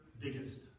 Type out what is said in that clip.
biggest